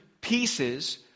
pieces